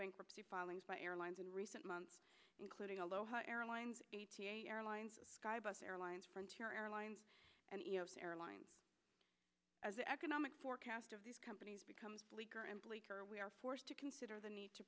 bankruptcy filings by airlines in recent months including aloha airlines airlines sky both airlines frontier airlines and airlines as the economic forecast of these companies becomes bleaker and bleaker we are forced to consider the need to